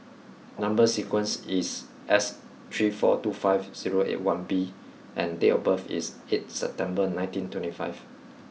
number sequence is S three four two five zero eight one B and date of birth is eighth September nineteen twenty five